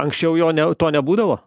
anksčiau jo ne to nebūdavo